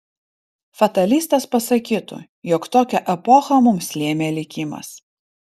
fatalistas pasakytų jog tokią epochą mums lėmė likimas